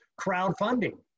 crowdfunding